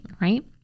right